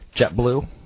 JetBlue